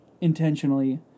intentionally